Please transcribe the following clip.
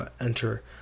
enter